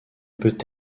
peut